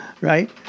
Right